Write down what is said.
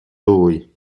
lui